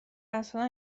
اصلا